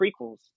prequels